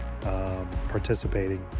participating